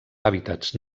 hàbitats